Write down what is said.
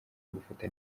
gufata